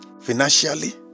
financially